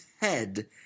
head